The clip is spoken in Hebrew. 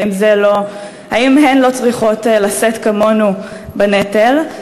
האם הן לא צריכות לשאת כמונו בנטל?